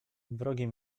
wrogie